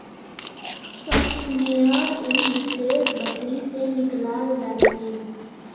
कश मेयर उन विशेष बकरी से निकलाल जा छे